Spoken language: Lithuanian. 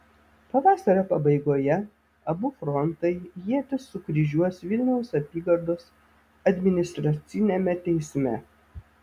pavasario pabaigoje abu frontai ietis sukryžiuos vilniaus apygardos administraciniame teisme